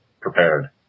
prepared